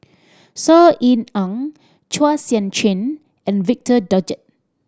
Saw Ean Ang Chua Sian Chin and Victor Doggett